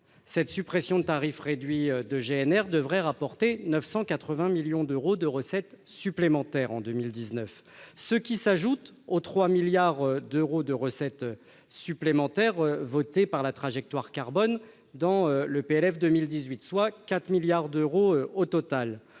cette suppression de tarifs réduits de GNR devrait rapporter 980 millions d'euros de recettes supplémentaires en 2019, ce qui s'ajoute aux 3 milliards d'euros de recettes supplémentaires votés par la trajectoire carbone dans le projet de loi de finances pour